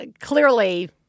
clearly